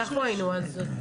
אנחנו היינו אז.